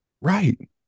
Right